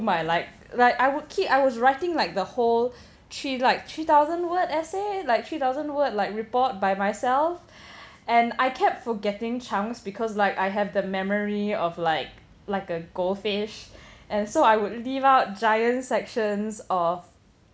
my like like I will keep I was writing like the whole three like three thousand word essay like three thousand word like report by myself and I kept forgetting chunks because like I have the memory of like like a goldfish and so I would leave out giant sections of